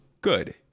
good